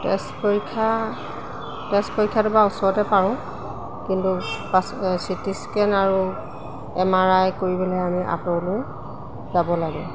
তেজ পৰীক্ষা তেজ পৰীক্ষাটো বাৰু ওচৰতে পাৰোঁ কিন্তু চি টি স্কেন আৰু এম আৰ আই কৰিবলৈ আমি আঁতৰলৈ যাব লাগে